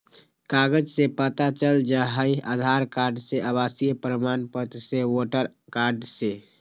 कागज से पता चल जाहई, आधार कार्ड से, आवासीय प्रमाण पत्र से, वोटर कार्ड से?